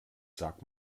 sag